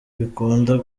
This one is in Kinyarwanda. bikunda